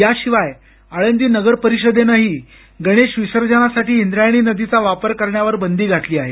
याशिवाय आळंदी नगर परिषदेनंही गणेश विसर्जनासाठी इंद्रायणी नदीचा वापर करण्यावर बंदी घातली आहे